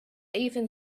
even